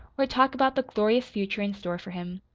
or talk about the glorious future in store for him.